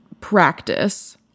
practice